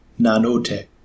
Nanotech